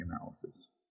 analysis